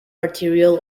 arterial